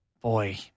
Boy